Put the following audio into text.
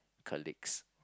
colleagues